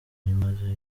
byimazeyo